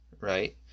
right